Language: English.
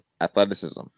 athleticism